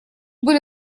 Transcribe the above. были